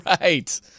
right